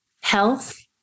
health